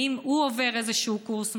האם הוא עובר איזשהו קורס,